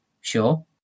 sure